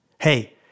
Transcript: Hey